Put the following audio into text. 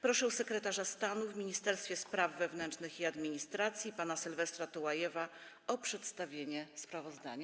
Proszę sekretarza stanu w Ministerstwie Spraw Wewnętrznych i Administracji pana Sylwestra Tułajewa o przedstawienie sprawozdania.